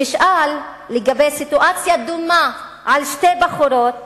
במשאל לגבי סיטואציה דומה עם שתי בחורות,